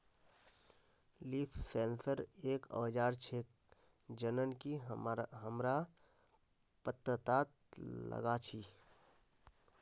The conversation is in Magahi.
लीफ सेंसर एक औजार छेक जननकी हमरा पत्ततात लगा छी